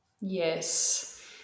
Yes